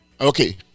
Okay